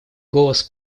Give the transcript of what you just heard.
голос